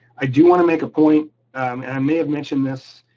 i do wanna make a point, and i may have mentioned this,